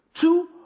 Two